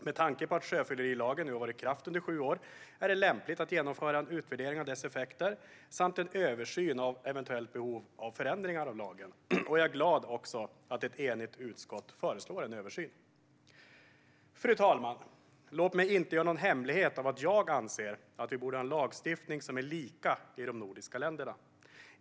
Med tanke på att sjöfyllerilagen nu har varit i kraft i sju år är det lämpligt att genomföra en utvärdering av dess effekter samt en översyn av ett eventuellt behov av ändringar i lagen. Jag är glad att ett enigt utskott föreslår en översyn. Fru talman! Låt mig inte göra någon hemlighet av att jag anser att vi borde ha lagstiftning som är lika i de nordiska länderna.